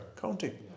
county